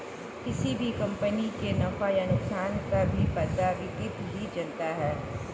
किसी भी कम्पनी के नफ़ा या नुकसान का भी पता वित्त ही चलता है